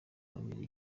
ahabereye